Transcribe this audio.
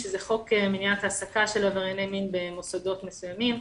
שזה חוק מניעת העסקה של עברייני מין במוסדות מסוימים.